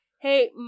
hey